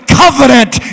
covenant